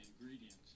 ingredients